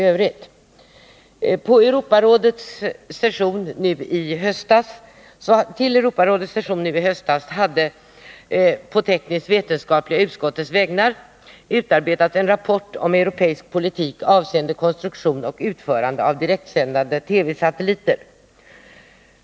Till Europarådets session nu i höstas hade, på tekniskt-vetenskapliga utskottets vägnar, utarbetats en rapport om europeisk politik avseende konstruktion och utförande av direktsändande TV-satelliter.